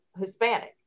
Hispanic